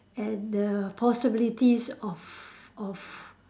and the possibilities of of